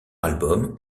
album